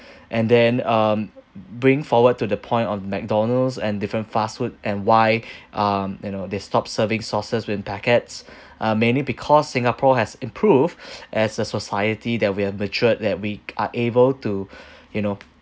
and then um bring forward to the point of McDonald's and different fast food and why um you know they stopped serving sauces in packets uh mainly because singapore has improved as a society that we are matured that we are able to you know